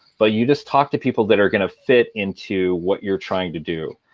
but you just talk to people that are going to fit into what you're trying to do.